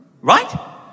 Right